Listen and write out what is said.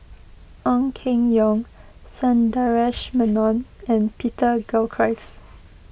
Ong Keng Yong Sundaresh Menon and Peter Gilchrist